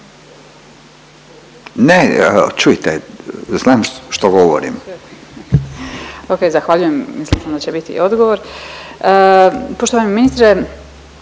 Ne, čujte, znam što govorim.